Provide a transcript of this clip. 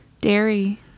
dairy